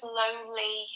lonely